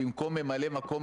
לבטל את לימודי הליב"ה,